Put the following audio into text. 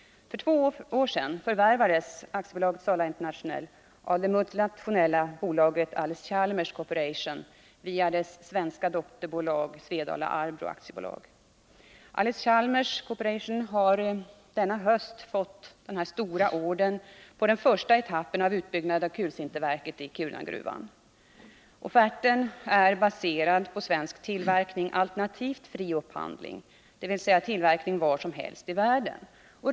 För två år sedan förvärvades aktiebolaget Sala International av det multinationella bolaget Allis-Chalmers Corporation via dess svenska dotterbolag Svedala-Arbrå AB. Allis-Chalmers Corporation har denna höst fått en stor order på den första etappen av utbyggnaden av kulsinterverket i Kiruna. Offerten är baserad på svensk tillverkning, alternativt fri upphandling, dvs. tillverkning var som helst i världen.